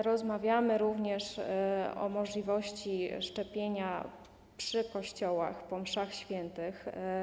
Rozmawiamy również o możliwości szczepienia przy kościołach, po mszach świętych.